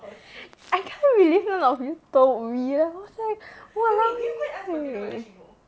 I can't believe none of you told me I was like !walao! eh